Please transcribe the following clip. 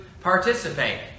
Participate